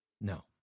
No